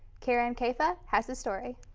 karin caifa has the story.